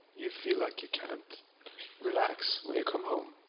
you feel like you can't relax when you come home.